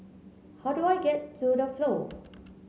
how do I get to The Flow